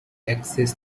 axis